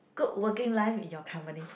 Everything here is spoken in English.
good working life in your company